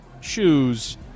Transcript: shoes –